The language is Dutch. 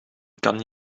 kan